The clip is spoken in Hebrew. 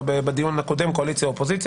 קואליציה ואופוזיציה,